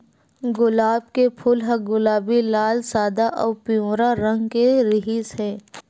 गुलाब के फूल ह गुलाबी, लाल, सादा अउ पिंवरा रंग के रिहिस हे